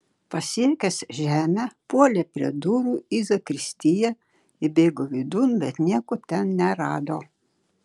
pasiekęs žemę puolė prie durų į zakristiją įbėgo vidun bet nieko ten nerado